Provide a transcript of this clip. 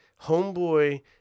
homeboy